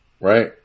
Right